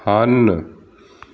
ਹਨ